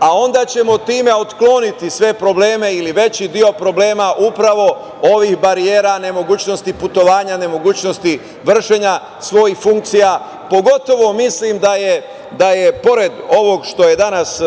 a onda ćemo time otkloniti sve probleme ili veći deo problema upravo ovih barijera, nemogućnosti putovanja, nemogućnosti vršenja svojih funkcija, pogotovo mislim da je pored ovog što je danas